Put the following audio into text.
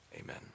Amen